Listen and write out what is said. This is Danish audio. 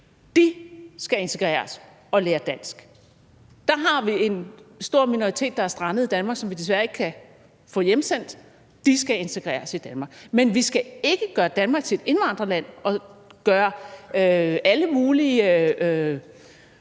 De skal integreres og lære dansk. Der har vi en stor minoritet, der er strandet i Danmark, som vi desværre ikke kan få hjemsendt. De skal integreres i Danmark, men vi skal ikke gøre Danmark til et indvandrerland og gøre alle mulige